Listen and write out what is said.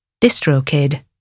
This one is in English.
DistroKid